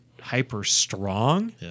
hyper-strong